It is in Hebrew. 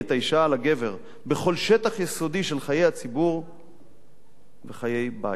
הגבר בכל שטח יסודי של חיי הציבור וחיי הבית.